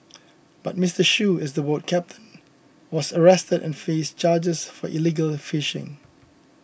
but Mister Shoo as the boat captain was arrested and faced charges for illegal fishing